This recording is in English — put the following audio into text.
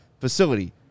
facility